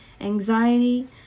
anxiety